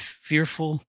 fearful